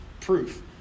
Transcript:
proof